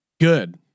good